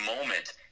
moment